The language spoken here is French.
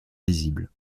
visibles